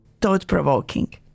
Thought-provoking